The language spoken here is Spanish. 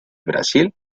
brasil